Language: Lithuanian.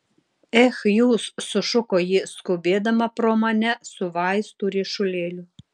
ech jūs sušuko ji skubėdama pro mane su vaistų ryšulėliu